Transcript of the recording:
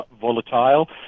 volatile